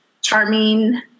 charming